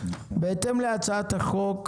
בהתאם להצעת החוק